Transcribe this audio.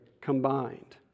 combined